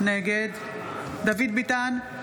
נגד דוד ביטן,